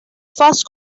first